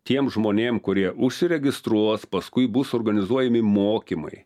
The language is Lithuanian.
tiem žmonėm kurie užsiregistruos paskui bus organizuojami mokymai